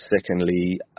secondly